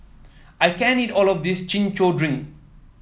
I can't eat all of this Chin Chow Drink